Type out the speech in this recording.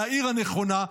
מהעיר הנכונה,